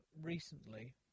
recently